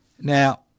Now